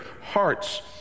hearts